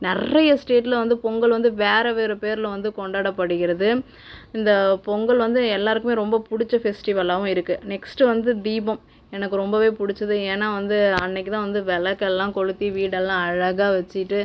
நிறைய ஸ்டேட்டில் வந்து பொங்கல் வந்து வேறு வேறு பேரில் வந்து கொண்டாடப்படுகிறது இந்த பொங்கல் வந்து எல்லாருக்குமே ரொம்ப பிடுச்சி ஃபெஸ்ட்டிவலாகவும் இருக்கு நெக்ஸ்ட் வந்து தீபம் எனக்கு ரொம்பவே பிடுச்சது ஏன்னா வந்து அன்னக்கிதான் வந்து விளக்கலாம் கொளுத்தி வீடலாம் அழகாக வச்சிவிட்டு